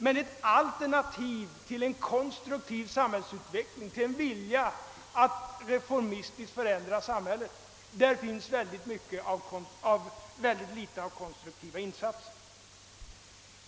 Men något alternativ till en konstruktiv samhällsutveckling, någon vilja att reformistiskt förändra samhället har vi inte sett. Där finns det mycket litet av konstruktiva insatser.